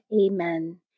Amen